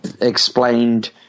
explained